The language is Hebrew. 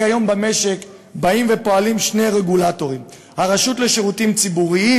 כיום במשק באים ופועלים שני רגולטורים: הרשות לשירותים ציבוריים,